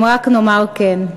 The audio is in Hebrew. אם רק נאמר כן.